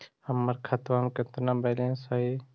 हमर खतबा में केतना बैलेंस हई?